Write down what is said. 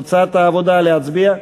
התקבל כנוסח הוועדה ללא הסתייגויות.